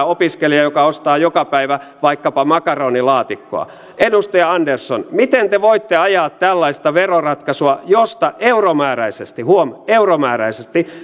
opiskelija joka ostaa joka päivä vaikkapa makaronilaatikkoa edustaja andersson miten te voitte ajaa tällaista veroratkaisua josta euromääräisesti huom euromääräisesti